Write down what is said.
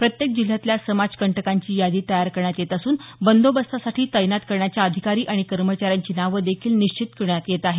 प्रत्येक जिल्ह्यातल्या समाजकंटकांची यादी तयार करण्यात येत असून बंदोबस्तासाठी तैनात करण्याच्या अधिकारी आणि कर्मचाऱ्यांची नावं देखील निश्चित करण्यात येत आहेत